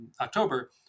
October